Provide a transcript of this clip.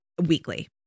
weekly